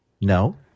No